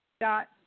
dot